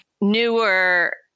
newer